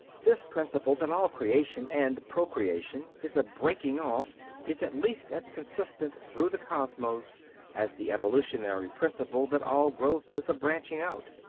this principle that all creation and procreation is a breaking off is at least as consistent through the cosmos as the evolutionary principle that all growth is a branching out.